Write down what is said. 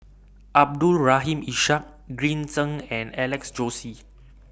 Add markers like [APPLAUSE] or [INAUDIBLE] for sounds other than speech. Abdul Rahim Ishak Green Zeng and Alex Josey [NOISE]